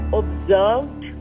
observed